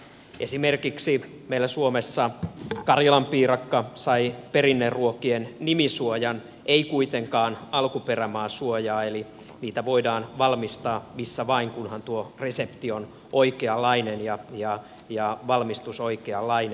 esimerkiksi meillä suomessa karjalanpiirakka sai perinneruokien nimisuojan ei kuitenkaan alkuperämaasuojaa eli niitä voidaan valmistaa missä vain kunhan tuo resepti on oikeanlainen ja valmistus oikeanlainen